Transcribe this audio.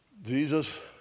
Jesus